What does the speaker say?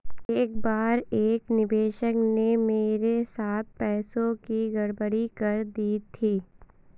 एक बार एक निवेशक ने मेरे साथ पैसों की गड़बड़ी कर दी थी